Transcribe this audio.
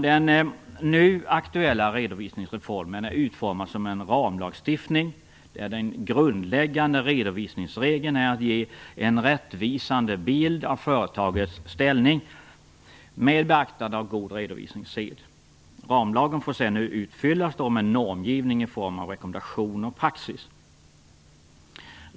Den nu aktuella redovisningsreformen är utformad som en ramlagstiftning, där den grundläggande redovisningsregeln är att ge en rättvisande bild av företagets ställning med beaktande av god redovisningssed. Ramlagen får sedan utfyllas med normgivning i form av rekommendationer och praxis.